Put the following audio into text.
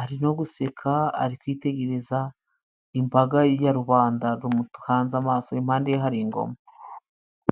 Ari no guseka ari kwitegereza imbaga ya rubanda, rumuhanze amaso impande ye hari ingoma.